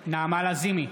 לסקי,